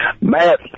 Matt